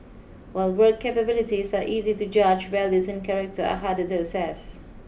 while work capabilities are easy to judge values and character are harder to assess